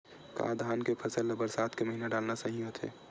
का धान के फसल ल बरसात के महिना डालना सही होही?